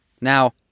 Now